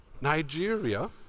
Nigeria